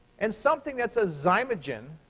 and something that's a zymogen